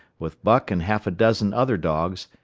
with buck and half a dozen other dogs,